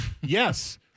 yes